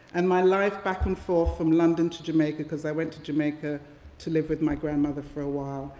and my life back and forth from london to jamaica because i went to jamaica to live with my grandmother for a while,